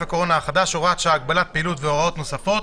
הקורונה החדש (הוראת שעה) (הגבלת פעילות והוראות נוספות).